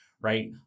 right